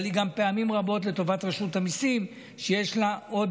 אבל פעמים רבות היא גם לטובת רשות המיסים,